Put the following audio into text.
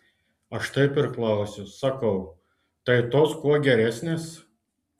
aš taip ir klausiu sakau tai tos kuo geresnės